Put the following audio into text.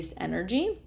energy